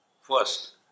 First